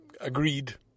agreed